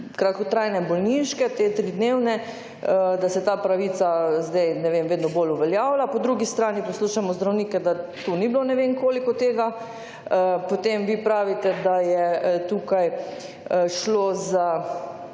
kratkotrajne bolniške, te tridnevne, da se ta pravica zdaj, ne vem, vedno bolj uveljavlja, po drugi strani poslušamo zdravnike, da tu ni bilo ne vem koliko tega, potem vi pravite, da je tukaj šlo za,